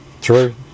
True